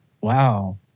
Wow